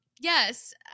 yes